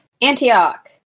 Antioch